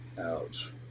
Ouch